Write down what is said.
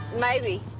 maybe.